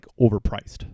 overpriced